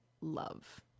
love